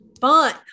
fun